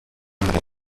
und